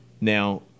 Now